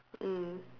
mm